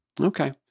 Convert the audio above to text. Okay